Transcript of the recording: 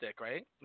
right